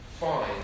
fine